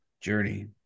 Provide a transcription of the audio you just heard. journey